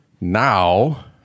Now